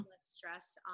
stress